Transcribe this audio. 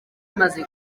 imaze